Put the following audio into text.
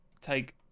take